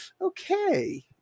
okay